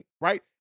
right